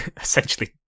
essentially